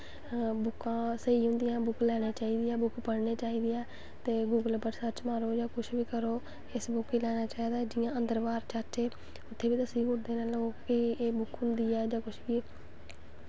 बुक्कां स्हेई होंदियां बुक्कां लैनियां चाहिदियां ते गूगल पर सर्च मारो जां कुछ बी करो इस बुक्क गी लैने चाहिदा जि'यां अंदर बाह्र जाच्चै उत्थें बी लोग दस्सी गै ओड़दे न एह् बुक्क होंदी ऐ जां कुछ